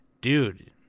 Dude